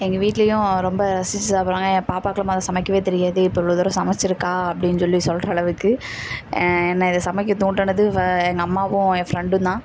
எங்கள் வீட்டிலையும் ரொம்ப ரசிச்சு சாப்பிட்றாங்க என் பாப்பாக்கெலாம் மொதல் சமைக்கவே தெரியாது இப்போ இவ்வளோ தூரம் சமைச்சிருக்காள் அப்படின் சொல்லி சொல்கிற அளவுக்கு என்னை இது சமைக்க தூண்டினது இவள் எங்கள் அம்மாவும் என் ஃப்ரெண்டும் தான்